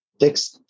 text